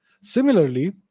Similarly